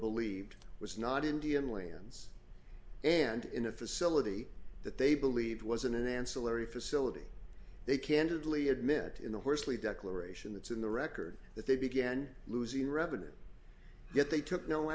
believed was not indian lands and in a facility that they believed was an ancillary facility they candidly admit in the hoarsely declaration that's in the record that they began losing revenue yet they took no